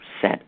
set